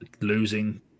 losing